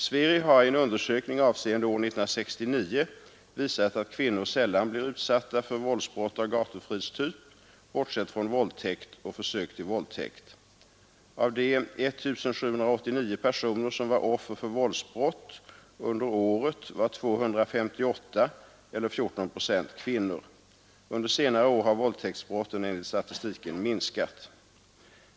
Sveri har i en undersökning avseende år 1969 visat att kvinnor sällan blir utsatta för våldsbrott av gatufridstyp, bortsett från våldtäkt och försök till våldtäkt. Av de 1 789 personer som var offer för våldsbrott under året var 258, eller 14 procent, kvinnor. Under senare år har våldtäktsbrotten enligt statistiken minskat.